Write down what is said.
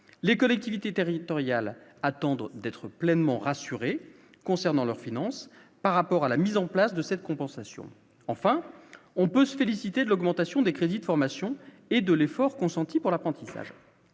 les collectivités territoriales, attendre d'être pleinement rassuré concernant leurs finances par rapport à la mise en place de cette compensation, enfin, on peut se féliciter de l'augmentation des crédits de formation et de l'effort consenti par l'apprentissage,